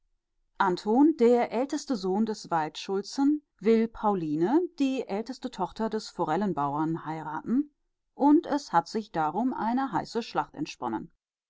anton der älteste sohn des waldschulzen will pauline die älteste tochter des forellenbauern heiraten und es hat sich darum eine heiße schlacht entsponnen